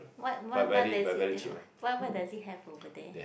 what what what does it what what does it have over there